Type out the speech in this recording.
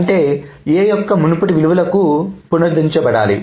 అంటే A యొక్క మునుపటి విలువకు పునరుద్ధరించబడాలి